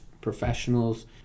professionals